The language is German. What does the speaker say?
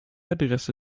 adresse